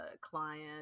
client